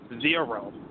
zero